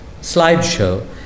slideshow